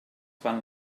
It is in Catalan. fan